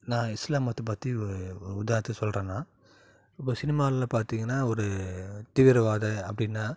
நான் இஸ்லாம் மதத்தை பற்றி ஒரு உதாரணத்துக்கு சொல்லுறேன் நான் இப்போ சினிமாவில பார்த்திங்கன்னா ஒரு தீவிரவாத அப்படினா